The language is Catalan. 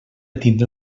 tindre